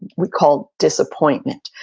we call, disappointment.